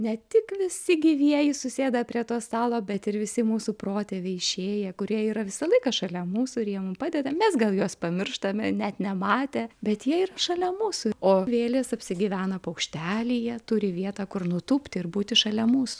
ne tik visi gyvieji susėda prie to stalo bet ir visi mūsų protėviai išėję kurie yra visą laiką šalia mūsų ir jie mum padeda mes gal juos pamirštame net nematę bet jie yra šalia mūsų o vėlės apsigyvena paukštelyje turi vietą kur nutūpti ir būti šalia mūsų